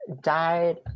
died